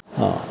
हँ